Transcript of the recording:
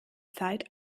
zeit